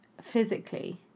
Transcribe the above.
physically